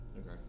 Okay